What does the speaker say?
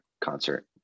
concert